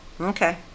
Okay